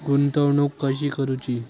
गुंतवणूक कशी करूची?